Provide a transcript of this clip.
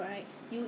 很多人